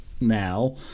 now